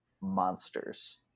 monsters